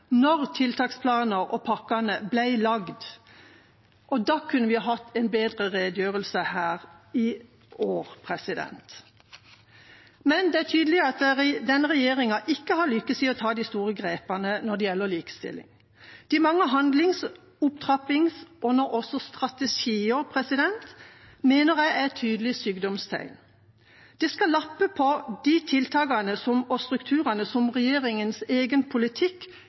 når tiltaksplaner og pakkene ble laget, og da kunne vi hatt en bedre redegjørelse her i år. Men det er tydelig at denne regjeringa ikke har lykkes i å ta de store grepene når det gjelder likestilling. De mange handlings- og opptrappingsplaner og nå også strategier mener jeg er tydelige sykdomstegn. De skal lappe på de tiltakene og strukturene som regjeringens egen politikk